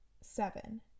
seven